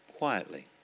Quietly